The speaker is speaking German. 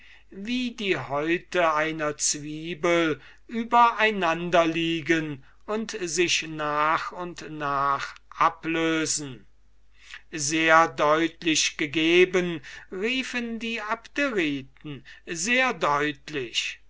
wie die häute einer zwiebel über einander liegen und sich nach und nach ablösen sehr deutlich gegeben riefen die abderiten sehr deutlich